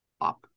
Up